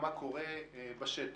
מה קורה בשטח?